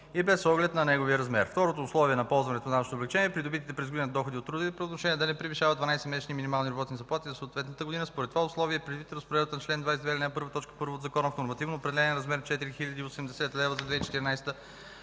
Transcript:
без оглед на неговия размер. Второто условие за ползване на данъчното облекчение е придобитите през годината доходи от трудови правоотношения да не превишават 12-месечни минимални работни заплати за съответната година. Според това условие и предвид разпоредбата на чл. 22, ал. 1, т. 1 от Закона, в нормативно определения размер, който е 4080 лв. за 2014 г.,